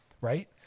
right